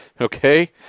Okay